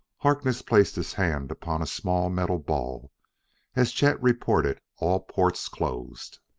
harkness placed his hand upon a small metal ball as chet reported all ports closed.